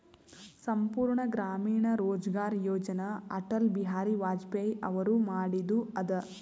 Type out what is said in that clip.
ಸಂಪೂರ್ಣ ಗ್ರಾಮೀಣ ರೋಜ್ಗಾರ್ ಯೋಜನ ಅಟಲ್ ಬಿಹಾರಿ ವಾಜಪೇಯಿ ಅವರು ಮಾಡಿದು ಅದ